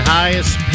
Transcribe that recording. highest